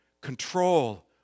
control